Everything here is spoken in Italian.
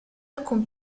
alcun